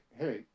hey